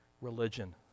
religion